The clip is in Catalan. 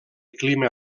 clima